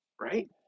right